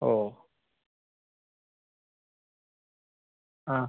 ഓ ആ